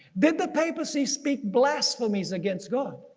then the papacy speak blasphemies against god.